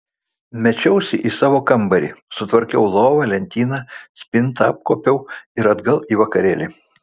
mečiausi į savo kambarį sutvarkiau lovą lentyną spintą apkuopiau ir atgal į vakarėlį